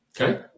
Okay